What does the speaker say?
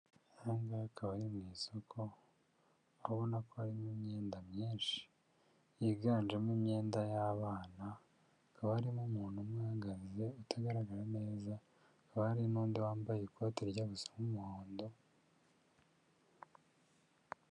Aha ngaha akaba ari mu isoko, aho ubona ko harimo imyenda myinshi yiganjemo imyenda y'abana ,akaba harimo umuntu umwe uhagaze utagaragara neza, hari n'undi wambaye ikoti rirya guusa n'umuhondo.